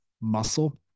muscle